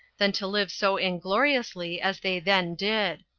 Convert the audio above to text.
than to live so ingloriously as they then did.